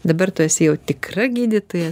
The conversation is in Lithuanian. dabar tu esi jau tikra gydytoja